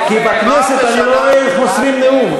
כי בכנסת אני לא רואה איך מוסרים נאום.